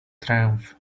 triumph